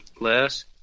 less